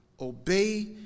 obey